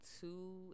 two